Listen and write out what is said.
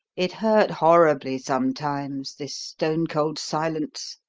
it hurt horribly, sometimes, this stone-cold silence,